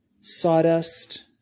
sawdust